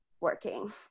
working